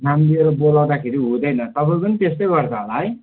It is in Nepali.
नाम लिएर बोलाउँदाखेरि हुँदैन तपाईँको त्यस्तै गर्छ होला है